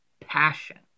passion